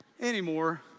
anymore